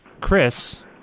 Chris